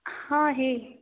हाँ है